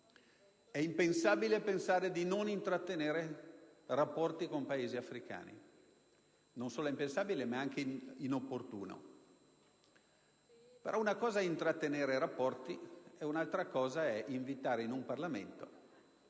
È impensabile ritenere di non intrattenere rapporti con i Paesi africani; non solo è impensabile, ma è anche inopportuno. Una cosa però è intrattenere rapporti, altra è invitare in un Parlamento